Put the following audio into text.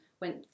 went